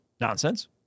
nonsense